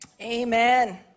Amen